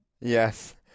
yes